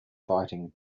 fighting